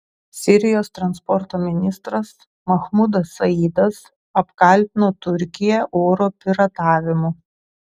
sirijos transporto ministras mahmudas saidas apkaltino turkiją oro piratavimu